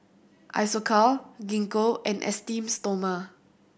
Isocal Gingko and Esteem Stoma